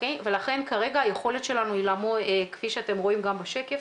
לכן כרגע היכולת שלנו כפי שאתם רואים גם בשקף,